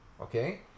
Okay